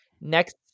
Next